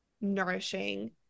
nourishing